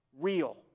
real